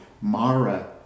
Mara